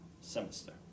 semester